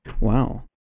wow